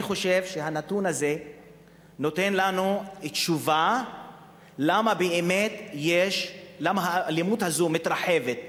הנתון הזה נותן לנו תשובה למה האלימות הזאת מתרחבת.